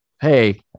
hey